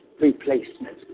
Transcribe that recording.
replacement